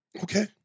Okay